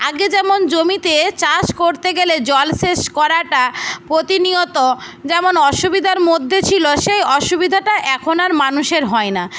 আগে যেমন জমিতে চাষ করতে গেলে জলসেচ করাটা প্রতিনিয়ত যেমন অসুবিধার মধ্যে ছিল সেই অসুবিধাটা এখন আর মানুষের হয় না